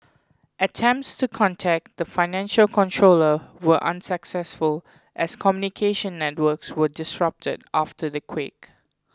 attempts to contact the financial controller were unsuccessful as communication networks were disrupted after the quake